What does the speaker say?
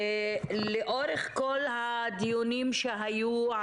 לאורך כל הדיונים שהיו,